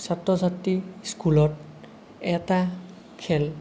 ছাত্ৰ ছাত্ৰীৰ স্কুলত এটা খেল